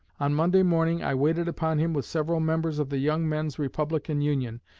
on monday morning i waited upon him with several members of the young men's republican union,